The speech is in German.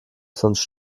sonst